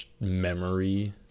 memory